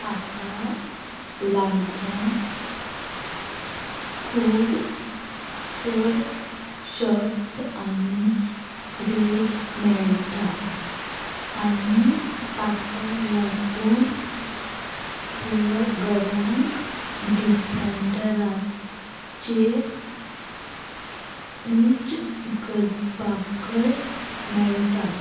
हाका लागून खूब चड शक्त आनी रेज मेळटा आनी ताका लागून खेळगड्यांक डिफेंडराचेर उंच करपाकय मेळटा